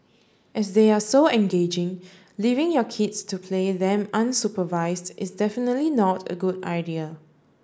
as they are so engaging leaving your kids to play them unsupervised is definitely not a good idea